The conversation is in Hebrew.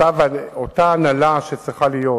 אותה הנהלה שצריכה להיות,